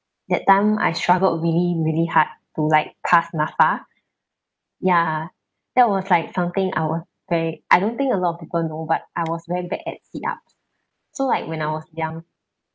that time I struggled really really hard to like past NAPFA ya that was like something I was very I don't think a lot of people know but I was very bad at sit-ups so like when I was young